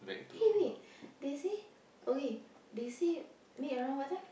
hey wait they say okay they say meet around what time